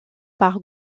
par